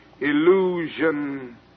illusion